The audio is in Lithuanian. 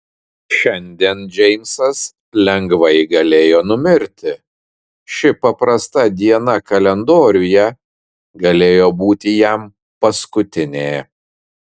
šiandien džeimsas lengvai galėjo numirti ši paprasta diena kalendoriuje galėjo būti jam paskutinė